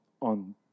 on